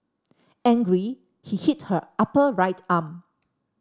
angry he hit her upper right arm